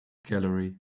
gallery